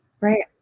Right